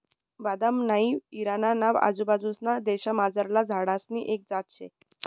बदाम हाई इराणा ना आजूबाजूंसना देशमझारला झाडसनी एक जात शे